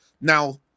Now